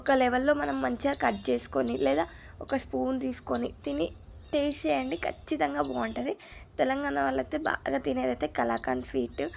ఒక లెవెల్లో మనం మంచిగా కట్ చేసుకొని లేదా ఒక స్పూన్ తీసుకొని తిని టేస్ట్ చేయండి ఖచ్చితంగా బాగుంటుంది తెలంగాణ వాళ్లయితే బాగా తినేదైతే కలాకండ్ స్వీట్